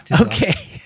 Okay